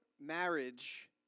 marriage